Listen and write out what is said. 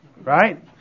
right